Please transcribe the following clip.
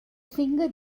finger